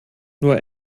nur